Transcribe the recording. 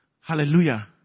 Hallelujah